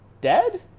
dead